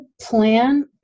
plan